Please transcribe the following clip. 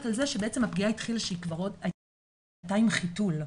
על זה שבעצם הפגיעה התחילה כשהיא עוד הייתה עם חיתול,